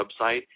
website